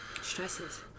stresses